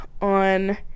on